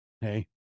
hey